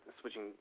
switching